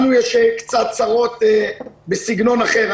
לנו יש צרות בסגנון קצת אחר.